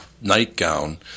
nightgown